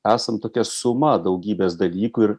esant tokia suma daugybės dalykų ir